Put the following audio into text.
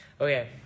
Okay